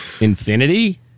Infinity